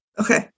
Okay